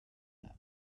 him